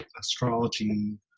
astrology